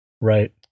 right